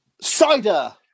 cider